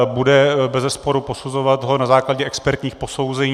Bude ho bezesporu posuzovat na základě expertních posouzení.